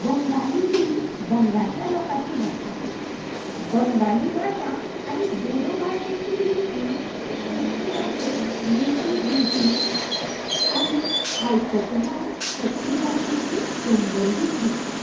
बंगाली ही बंगालच्या लोकांची भाशा बंगाली भाशा आनी बोडो भाशेची लिपी कोंकणी भाशेक मेळटी जुळटी आनी आयकतनाय कोंकणी भाशेचीच संबंदीत दिसता